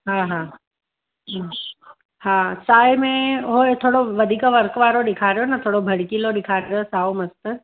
हा हा हा साए में उहो थोरो वधीक वर्क़ वारो ॾेखारियो न थोरो भड़कीलो ॾेखारियो साओ मस्तु